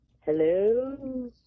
Hello